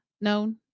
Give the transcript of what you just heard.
known